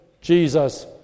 Jesus